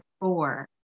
four